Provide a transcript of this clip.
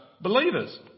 believers